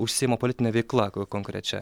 užsiima politine veikla konkrečia